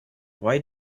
why